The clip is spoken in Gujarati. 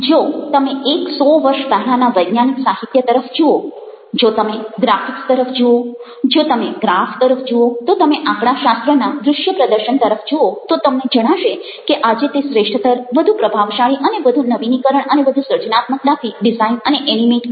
જો તમે એક સો વર્ષ પહેલાના વૈજ્ઞાનિક સાહિત્ય તરફ જુઓ જો તમે ગ્રાફિક્સ તરફ જુઓ જો તમે ગ્રાફ તરફ જુઓ જો તમે આંકડાશાસ્ત્રના દ્રશ્ય પ્રદર્શન તરફ જુઓ તો તમને જણાશે કે આજે તે શ્રેષ્ઠતર વધુ પ્રભાવશાળી અને વધુ નવીનીકરણ અને વધુ સર્જનાત્મકતાથી ડિઝાઈન અને એનિમેઇટ કરેલ છે